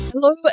Hello